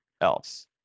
else